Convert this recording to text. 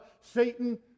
Satan